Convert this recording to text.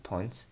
porns